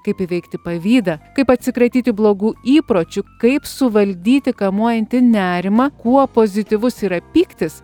kaip įveikti pavydą kaip atsikratyti blogų įpročių kaip suvaldyti kamuojantį nerimą kuo pozityvus yra pyktis